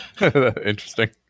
Interesting